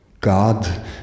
God